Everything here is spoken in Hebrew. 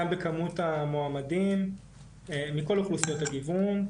גם בכמות המועמדים מכל אוכלוסיות הגיון.